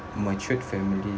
matured family